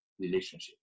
relationship